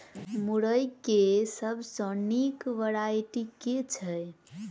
मुरई केँ सबसँ निक वैरायटी केँ छै?